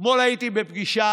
אתמול הייתי בפגישה,